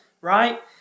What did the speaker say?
right